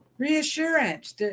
reassurance